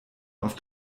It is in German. auf